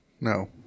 no